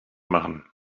machen